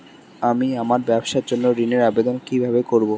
আমি আমার ব্যবসার জন্য ঋণ এর আবেদন কিভাবে করব?